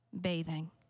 bathing